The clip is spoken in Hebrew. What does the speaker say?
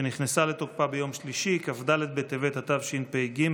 שנכנסה לתוקפה ביום שלישי כ"ד בטבת התשפ"ג,